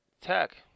tech